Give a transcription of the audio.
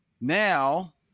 now